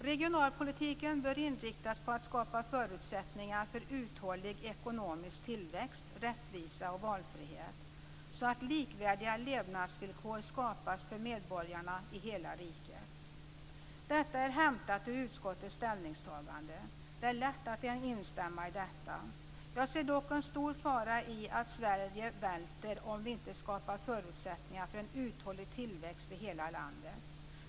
Regionalpolitiken bör inriktas på att skapa förutsättningar för uthållig ekonomisk tillväxt, rättvisa och valfrihet så att likvärdiga levnadsvillkor skapas för medborgarna i hela riket. Detta är hämtat ur utskottets ställningstagande. Det är lätt att instämma i detta. Jag ser dock en stor fara i att Sverige välter om inte vi skapar förutsättningar för en uthållig tillväxt i hela landet.